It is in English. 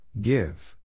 Give